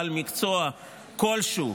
כל בעל מקצוע כלשהו,